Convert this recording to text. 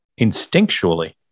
instinctually